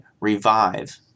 revive